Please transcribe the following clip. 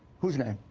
whose name?